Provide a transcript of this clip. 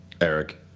Eric